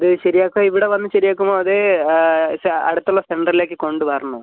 ഇത് ശരിയാക്കാൻ ഇവിടെ വന്ന് ശരിയാക്കുമോ അത് അടുത്തുള്ള സെൻ്ററിലേക്ക് കൊണ്ട് വരണോ